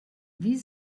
wie